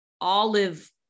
Olive